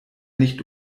nicht